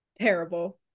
terrible